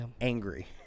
Angry